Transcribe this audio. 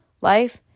Life